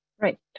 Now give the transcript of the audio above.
Right